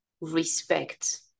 respect